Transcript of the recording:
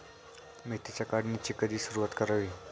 मेथीच्या काढणीची कधी सुरूवात करावी?